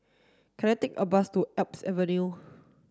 can I take a bus to Alps Avenue